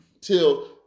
till